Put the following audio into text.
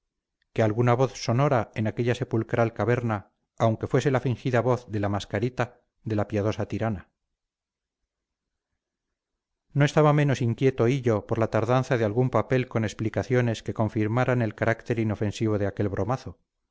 que alguna voz sonara en aquella sepulcral caverna aunque fuese la fingida voz de la mascarita de la piadosa tirana no estaba menos inquieto hillo por la tardanza de algún papel con explicaciones que confirmaran el carácter inofensivo de aquel bromazo